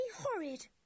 horrid